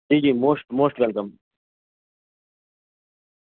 જી જી most most welcome